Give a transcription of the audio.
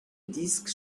disques